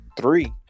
Three